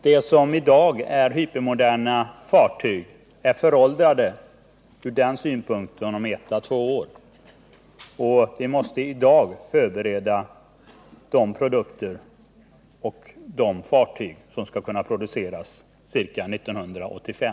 Det som i dag är hypermoderna fartyg är föråldrat om ett eller två år, och vi måste i dag förbereda de fartyg och andra produkter som skall produceras omkring 1985.